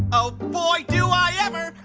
oh boy, do i ever.